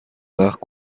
وقت